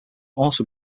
also